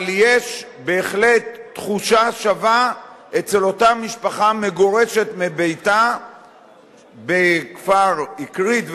אבל יש בהחלט תחושה שווה אצל אותה משפחה מגורשת מביתה באקרית ובירעם,